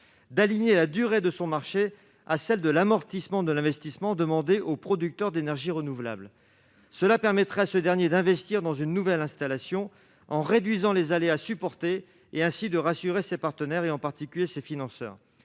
d'aligner la durée de son marché à celles de l'amortissement de l'investissement demandé aux producteurs d'énergie renouvelable, cela permettrait à ce dernier d'investir dans une nouvelle installation, en réduisant les aléas supporter et ainsi de rassurer ses partenaires et en particulier ses financeurs,